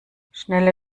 schnelle